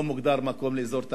לא מוגדר מקום לאזור תעשייה,